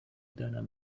deiner